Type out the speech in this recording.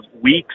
weeks